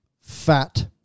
fat